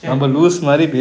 can